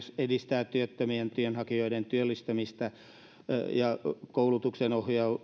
edistää työttömien työnhakijoiden työllistymistä ja koulutukseen